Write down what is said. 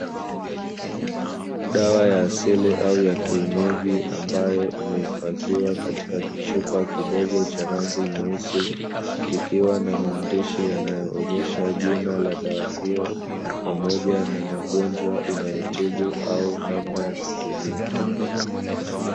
Dawa ya asili au ya kienyeji ambayo imehifadhiwa katika kichupa kidogo cha rangi nyeusi, ikiwa na maandishi yanayoonesha jina la dawa hiyo, pamoja na magonjwa inayotibu au namna ya kutumia.